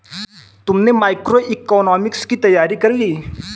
तुमने मैक्रोइकॉनॉमिक्स की तैयारी कर ली?